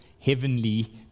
heavenly